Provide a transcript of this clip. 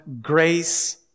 grace